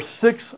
six